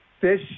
fish